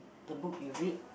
the book you read